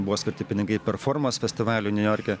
buvo skirti pinigai per formas festivaliui niujorke